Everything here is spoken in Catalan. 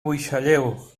buixalleu